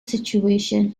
situation